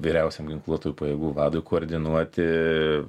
vyriausiam ginkluotųjų pajėgų vadui koordinuoti